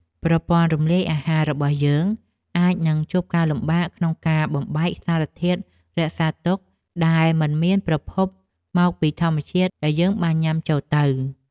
ប្រព័ន្ធរំលាយអាហាររបស់យើងអាចនឹងជួបការលំបាកក្នុងការបំបែកសារធាតុរក្សាទុកដែលមិនមានប្រភពមកពីធម្មជាតិដែលយើងបានញ៉ាំចូលទៅ។